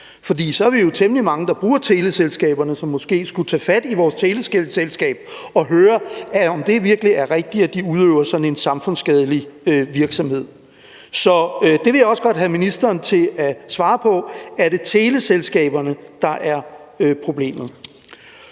For så er vi jo temmelig mange, der bruger teleselskaberne, som måske skulle tage fat i vores teleselskab og høre, om det virkelig er rigtigt, at de udøver sådan en samfundsskadelig virksomhed. Så det vil jeg også godt have ministeren til at svare på: Er det teleselskaberne, der er problemet?